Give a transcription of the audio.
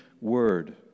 word